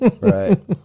Right